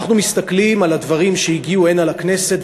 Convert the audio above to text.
אנחנו מסתכלים על הדברים שהגיעו הנה לכנסת,